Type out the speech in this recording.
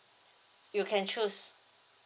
you can choose